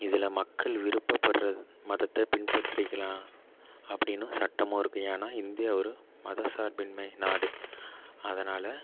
இதில் மக்கள் விருப்பப்படுற மதததை பின்பற்றிக்கலாம் அப்படின்னும் சட்டமும் இருக்குது ஏன்னால் இந்தியா ஒரு மதசார்பின்மை நாடு அதனால்